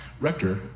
Rector